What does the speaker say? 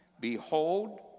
Behold